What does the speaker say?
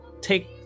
take